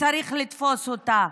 וצריך לתפוס אותה.